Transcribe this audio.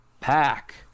Pack